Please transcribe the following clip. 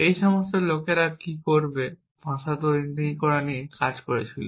এই সমস্ত লোকেরা কী করবে ভাষা তৈরি করা নিয়ে কাজ শুরু করেছিল